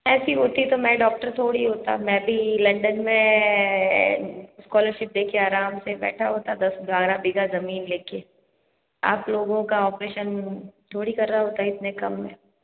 ऐसी होती तो मैं डॉक्टर थोड़ी होता मैं भी लंदन में स्कॉलरशिप दे के आराम से बैठा होता दस बारह बीघा जमीन ले के आप लोगों का ऑपरेशन थोड़ी कर रहा होता इतने कम में